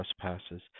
trespasses